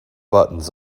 buttons